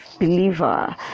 believer